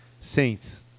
Saints